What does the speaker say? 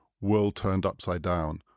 world-turned-upside-down